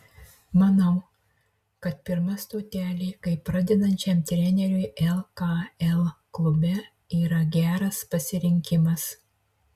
manau kad pirma stotelė kaip pradedančiam treneriui lkl klube yra geras pasirinkimas